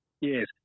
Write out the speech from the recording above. Yes